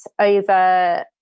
over